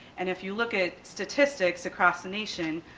and if you look at statistics across the nation,